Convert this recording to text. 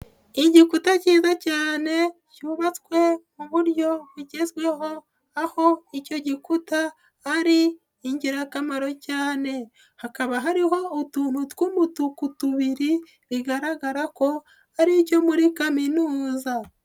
Igikuta kiza cyane cyubatswe ku buryo bugezweho aho icyo gikuta ari ingirakamaro cyane, hakaba hariho utuntu tw'umutuku tubiri bigaragara ko ari icyo muri kaminuza.